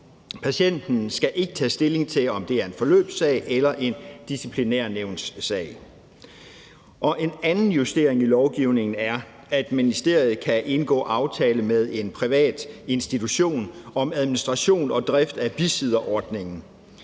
Patienten skal ikke tage stilling til, om det er en forløbssag eller en disciplinærnævnssag. En anden justering i lovgivningen er, at ministeriet kan indgå aftale med en privat institution om administration og drift af bisidderordningen,